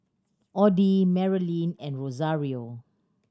Oddie Merilyn and Rosario